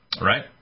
right